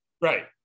right